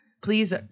please